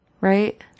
right